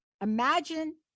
imagine